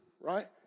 right